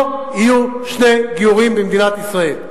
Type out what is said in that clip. לא יהיו שני גיורים במדינת ישראל,